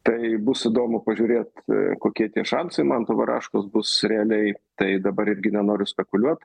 tai bus įdomu pažiūrėt kokie tie šansai manto varaškos bus realiai tai dabar irgi nenoriu spekuliuot